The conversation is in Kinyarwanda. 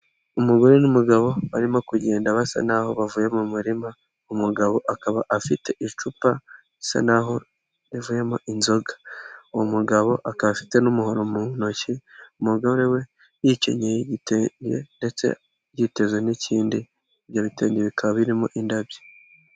Umugore n'umugabo barimo kugenda basa naho bavuye mu murima, umugabo akaba afite icupa, risa naho rizuyemo inzoga. Uwo mugabo akaba afite n'umuhoro mu ntoki, umugore we yikenyeye igitenge ndetse yiteze n'ikindi, ibyo bitenge bikaba birimo indabyo.